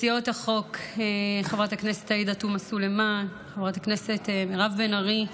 מציעות החוק חברת הכנסת עאידה תומא סלימאן וחברת הכנסת מירב בן ארי,